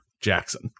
Jackson